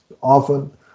often